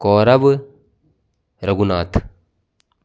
Gaurav Raghunath